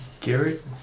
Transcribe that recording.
Garrett